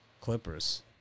Clippers